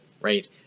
right